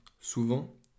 souvent